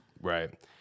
Right